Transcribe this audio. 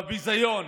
בביזיון